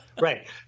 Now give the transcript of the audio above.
Right